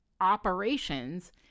operations